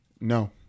No